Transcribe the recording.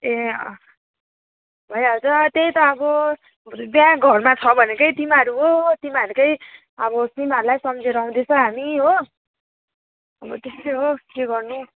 ए अँ भइहाल्छ त्यही त अब त्यहाँ घरमा छ भनेकै तिमीहरू हो तिमीहरूकै अब तिमीहरूलाई सम्झेर आउँदैछौँ हामी हो अब त्यस्तै हो के गर्नु